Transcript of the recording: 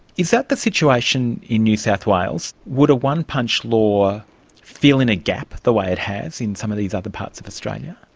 is that the situation in new south wales? would a one-punch law fill in a gap the way it has in some of these other parts of australia?